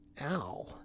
Ow